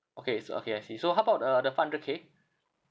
okays uh okay I see so how about uh the five hundred K